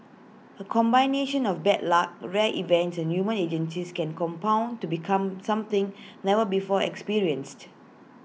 A combination of bad luck rare events and human agencies can compound to become something never before experienced